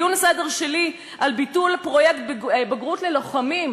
הצעה לסדר-היום שלי על ביטול פרויקט בגרות ללוחמים,